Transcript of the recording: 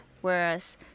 whereas